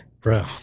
bro